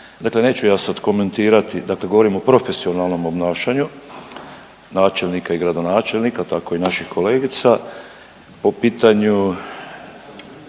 Dakle, neću ja sad komentirati, dakle govorim o profesionalnom obnašanju načelnika i gradonačelnika, tako i naših kolegica po pitanju